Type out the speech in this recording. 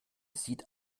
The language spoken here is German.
sieht